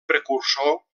precursor